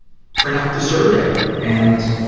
print out the survey and,